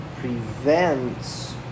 prevents